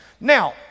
Now